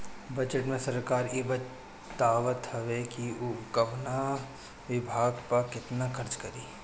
budget में सरकार इ बतावत हवे कि उ कवना विभाग पअ केतना खर्चा करी